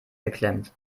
geklemmt